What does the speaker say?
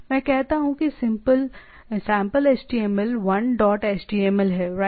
मैं कहता हूं कि सैंपल HTML 1 डॉट HTML है राइट